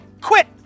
quit